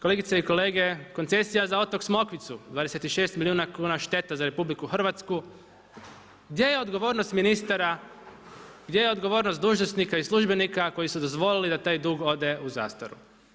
Kolegice i kolege, koncesija za otok Smokvicu, 26 milijuna kuna štete za RH, gdje je odgovornost ministara, gdje je odgovornost dužnosnika i službenika koji su dozvolili da taj dug ode u zastaru?